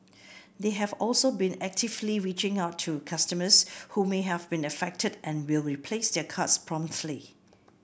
they have also been actively reaching out to customers who may have been affected and will replace their cards promptly